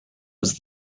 was